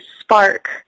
spark